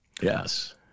Yes